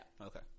Okay